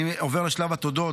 אני עובר לשלב התודות.